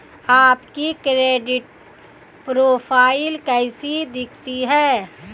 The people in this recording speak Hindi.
आपकी क्रेडिट प्रोफ़ाइल कैसी दिखती है?